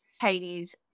Hades